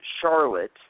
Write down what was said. Charlotte